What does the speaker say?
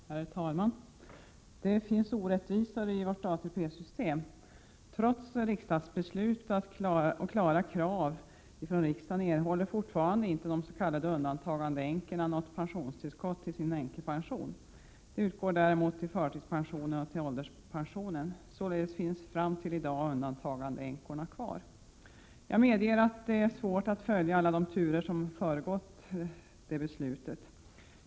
Herr talman! Det finns orättvisor i vårt ATP-system. Trots riksdagsbeslut och klara krav från riksdagen erhåller fortfarande inte de s.k. undantagandeänkorna något pensionstillskott till sin änkepension. Pensionstillskott utgår däremot till förtidspensionen och till ålderspensionen. Undantagandeänkorna är således fram till i dag utan pensionstillskott. Jag medger att det är svårt att följa alla de turer som föregått det beslut vi nu skall fatta.